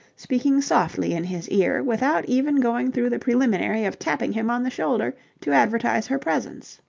speaking softly in his ear without even going through the preliminary of tapping him on the shoulder to advertise her presence.